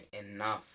enough